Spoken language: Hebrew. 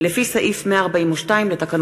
התשע"ג 2013, מאת חבר